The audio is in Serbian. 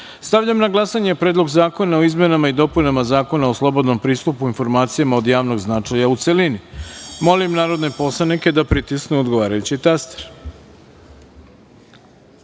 celini. Stavljam na glasanje Predlog zakona o izmenama i dopunama Zakona o slobodnom pristupu informacijama od javnog značaja, u celini. Molim narodne poslanike da pritisnu odgovarajući